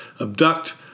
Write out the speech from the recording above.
abduct